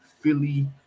Philly